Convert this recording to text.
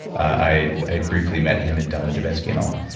i i briefly met him and donna dubinsky and all.